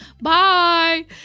Bye